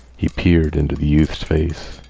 he peered into the youth's face.